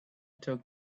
talk